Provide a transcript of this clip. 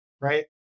Right